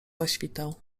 zaświtał